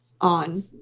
on